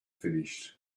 finished